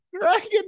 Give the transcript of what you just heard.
Dragon